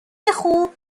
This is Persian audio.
خوب